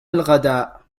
الغداء